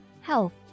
health